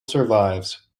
survives